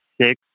six